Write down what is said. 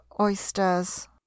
oysters